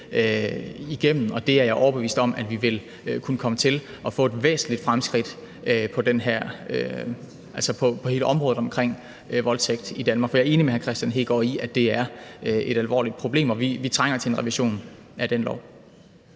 og det er jeg overbevist om vi vil kunne komme til, og få et væsentligt fremskridt på hele området omkring voldtægt i Danmark, for jeg er enig med hr. Kristian Hegaard i, at det er et alvorligt problem, og vi trænger til en revision af den lov.